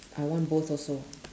I want both also